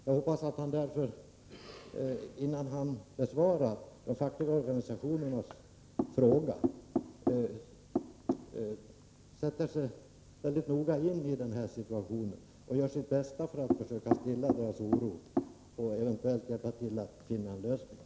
Jag hoppas därför att han, innan han besvarar de fackliga organisationernas fråga, mycket noga sätter sig in i situationen och gör sitt bästa för att försöka stilla deras oro och eventuellt hjälpa till att finna en lösning.